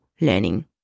learning